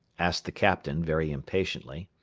asked the captain, very impatiently.